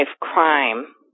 crime